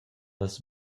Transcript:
las